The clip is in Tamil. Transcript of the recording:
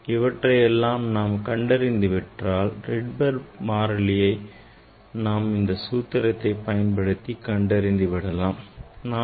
இவற்றை எல்லாம் நாம் கண்டறிந்து விட்டால் Rydberg மாறிலியை நாம் இந்த சூத்திரத்தை பயன்படுத்தி கண்டறிந்து விடலாம்